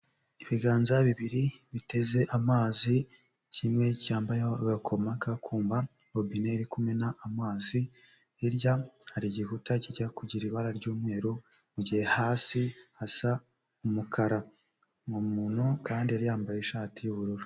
Ibiganza bibiri biteze amazi, kimwe cyambaye agakomo ka kuma, robine iri kumena amazi, hirya hari igikuta kijya kugira ibara ry'umweru, mu gihe hasi hasa umukara, uwo mu muntu kandi yari yambaye ishati y'ubururu